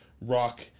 rock